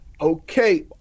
Okay